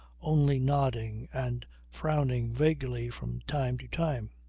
only nodding and frowning vaguely from time to time.